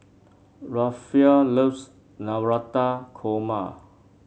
Rafael loves Navratan Korma